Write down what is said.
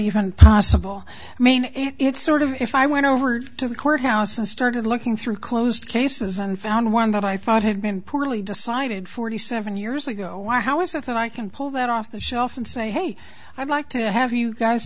even possible i mean it's sort of if i went over to the courthouse and started looking through closed cases and found one that i thought had been poorly decided forty seven years ago why how is it that i can pull that off the shelf and say hey i'd like to have you guys